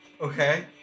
Okay